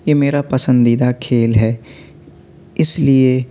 یہ میرا پسندیدہ کھیل ہے اِس لیے